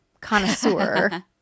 connoisseur